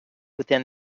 within